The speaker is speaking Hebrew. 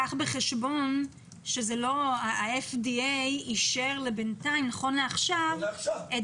אתמול אבל קח בחשבון שה-FDA אישר נכון לעכשיו את